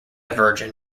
virgin